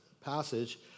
passage